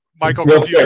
Michael